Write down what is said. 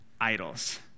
idols